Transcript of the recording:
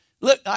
Look